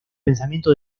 pensamiento